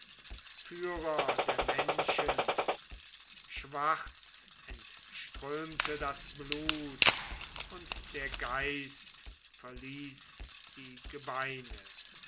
führer der menschen schwarz entströmte das blut und der geist verließ die gebeine